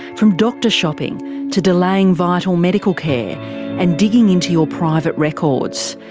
from doctor shopping to delaying vital medical care and digging into your private records.